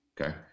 Okay